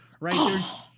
right